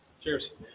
Cheers